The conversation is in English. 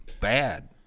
bad